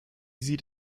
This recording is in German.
sieht